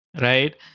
right